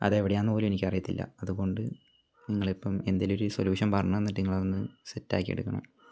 അത് എവിടെയാണെന്ന് പോലും എനിക്ക് അറിയത്തില്ല അതുകൊണ്ട് നിങ്ങൾ ഇപ്പം എന്തെങ്കിലും ഒരു സൊലൂഷൻ പറഞ്ഞു തന്നിട്ട് നിങ്ങൾ അതൊന്ന് സെറ്റ് ആക്കിയെടുക്കണം